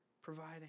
providing